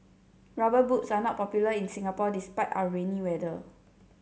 rubber boots are not popular in Singapore despite our rainy weather